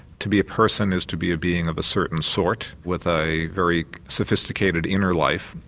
to be a person is to be a being of a certain sort with a very sophisticated inner life.